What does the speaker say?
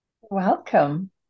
Welcome